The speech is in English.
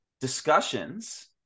discussions